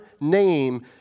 name